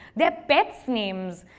their pet's names.